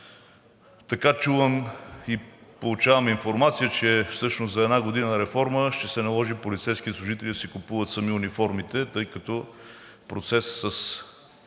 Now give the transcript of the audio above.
Така чувам и получавам информация, че всъщност за една година реформа ще се наложи полицейските служители да си купуват сами униформите, тъй като процесът с